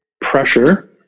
pressure